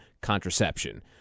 contraception